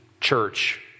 church